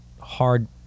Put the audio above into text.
hard